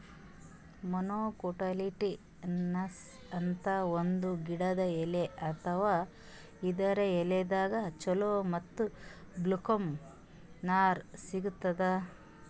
monocotyledonous ಅಂತ್ ಒಂದ್ ಗಿಡದ್ ಎಲಿ ಇರ್ತಾವ ಇದರ್ ಎಲಿದಾಗ್ ಚಲೋ ಮತ್ತ್ ಬಕ್ಕುಲ್ ನಾರ್ ಸಿಗ್ತದ್